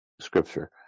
scripture